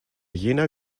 jener